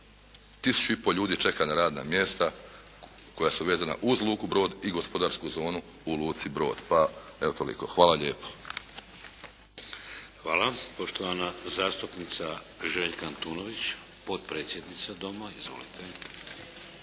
da 1500 ljudi čeka na radna mjesta koja su vezana uz Luku Brod i gospodarsku zonu u Luci Brod, pa evo toliko. Hvala lijepo. **Šeks, Vladimir (HDZ)** Hvala. Poštovana zastupnica Željka Antunović, potpredsjednica Doma. Izvolite.